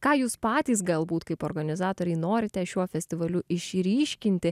ką jūs patys galbūt kaip organizatoriai norite šiuo festivaliu išryškinti